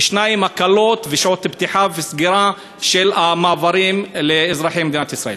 2. הקלות בשעות פתיחה וסגירה של המעברים לאזרחי מדינת ישראל.